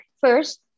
first